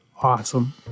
awesome